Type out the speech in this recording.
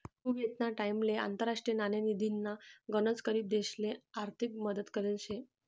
कुवेतना टाइमले आंतरराष्ट्रीय नाणेनिधीनी गनच गरीब देशसले आर्थिक मदत करेल शे